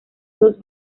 dos